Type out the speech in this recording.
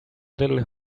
little